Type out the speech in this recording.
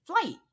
flight